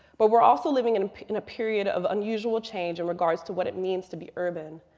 but we're also living in in a period of unusual change in regards to what it means to be urban.